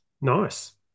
Nice